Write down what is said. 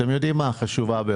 אתם יודעים מה: החשובה ביותר,